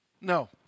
No